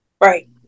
Right